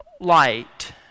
light